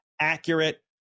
accurate